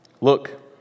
Look